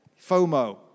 FOMO